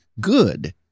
good